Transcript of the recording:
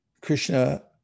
Krishna